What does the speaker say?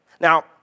Now